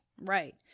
Right